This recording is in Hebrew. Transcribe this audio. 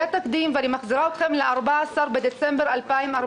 היה תקדים אני מחזירה אתכם ל-14 בדצמבר 2014